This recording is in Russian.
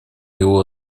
его